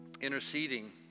interceding